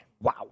Wow